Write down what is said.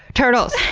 turtles!